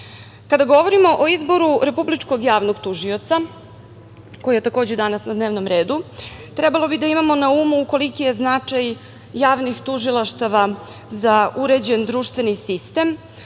govorimo o izboru Republičkog javnog tužioca, koji je takođe danas na dnevnom redu, trebalo bi da imamo na umu koliki je značaj javnih tužilaštava za uređen društveni sistem,